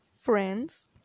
friends